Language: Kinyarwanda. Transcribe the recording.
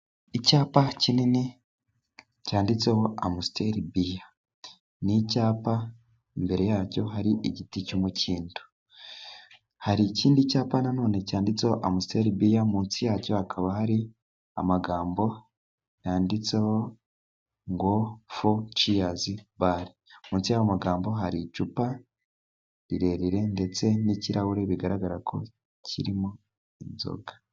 icyapa kinini cyanditseho amusiteri biya ni icyapa imbere yacyo hari igiti cy'umukindo, hari ikindi cyapa na none cyanditseho amusiteribiya, munsi yacyo hakaba hari amagambo yanditseho ngo fociyazibari, munsi y'aya magambo hari icupa rirerire ndetse n'ikirahure bigaragara ko kirimo inzoga.